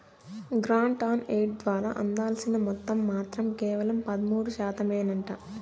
grant on aid ద్వారా అందాల్సిన మొత్తం మాత్రం కేవలం పదమూడు శాతమేనంట